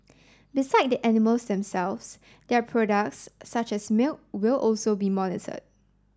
beside the animals themselves their products such as milk will also be monitored